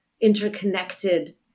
interconnected